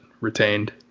retained